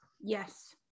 yes